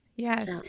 Yes